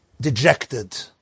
dejected